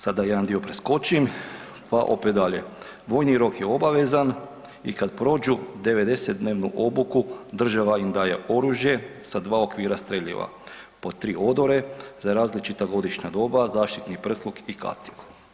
Sada jedan dio preskočim pa opet dalje „Vojni rok je obavezan i kada prođu 90 dnevnu obuku država im daje oružje sa dva okvira streljiva, po tri odore za različita godišnja doba, zaštitni prsluk i kacigu“